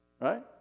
right